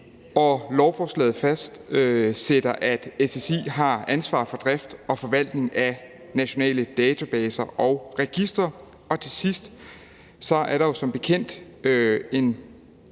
og lovforslaget fastsætter, at SSI har ansvar for drift og forvaltning af nationale databaser og registre. Og til sidst er der jo som bekendt en